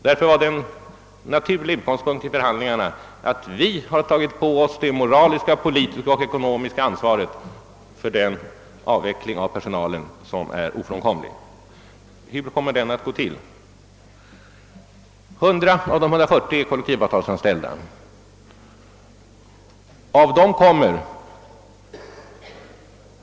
Därför var det en naturlig utgångspunkt vid förhandlingarna att vi tog på oss det moraliska, politiska och ekonomiska ansvaret för den avveckling av personalen som är ofrånkomlig. Hur kommer den att gå till? 100 av de 140 är kollektivavtalsanställda.